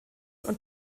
und